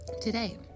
today